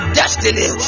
destiny